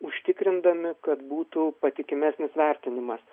užtikrindami kad būtų patikimesnis vertinimas